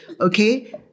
Okay